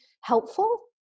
helpful